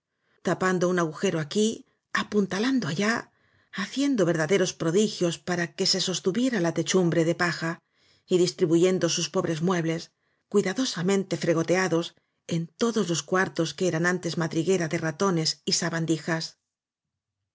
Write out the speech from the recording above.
tapando un agujero aquí apuntalando allá haciendo verdaderos prodi gios para que se sostuviera la techumbre de paja y distribuyendo sus pobres muebles cui dadosamente fregoteados en todos los cuartos que eran antes madriguera de ratones y sa